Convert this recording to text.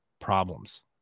problems